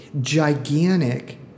gigantic